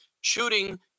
shooting